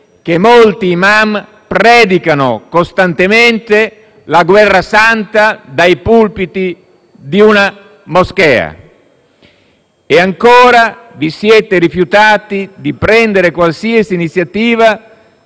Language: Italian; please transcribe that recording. che molti *imam* predicano costantemente la guerra santa dai pulpiti di una moschea. Ancora, vi siete rifiutati di prendere qualsiasi iniziativa